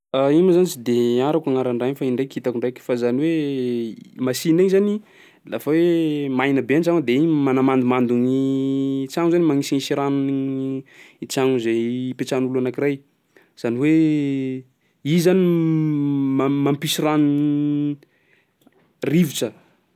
Iny moa zany tsy de harako agnaran'ny raha iny fa i ndraiky hitako ndraiky fa zany hoe machine iny zany lafa hoe maina be an-tragno ao de igny manamandomando gny tragno zany, magnisignisy rano ny i tragno zay ipetrahan'olo anankiray. Zany hoe izy zany ma- mampisy rano rivotra.